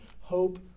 hope